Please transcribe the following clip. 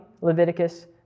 Leviticus